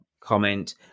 comment